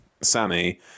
Sammy